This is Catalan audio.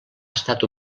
estat